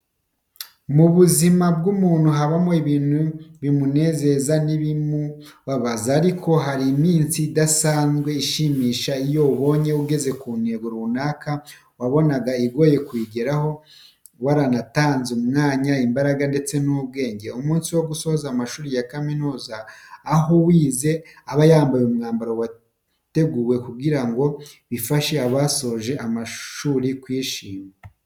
Mu buzima bw'umuntu habamo ibintu bimunezeza n'ibindi bimubabaza ariko hari iminsi iba idasanzwe ishimishije iyo ubonye ugeze ku ntego runaka wabonaga igoye kuyigeraho waratanze umwanya, imbaraga ndetse n'ubwenge. Umunsi wo gusoza amashuri ya kaminuza aho uwize aba yambaye umwambaro wateguwe kugira ngo bifashe abasoje amashuri kwishima.